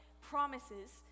promises